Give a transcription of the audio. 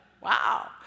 Wow